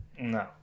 No